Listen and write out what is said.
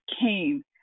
came